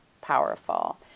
powerful